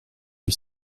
lui